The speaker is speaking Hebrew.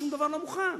שום דבר לא מוכן.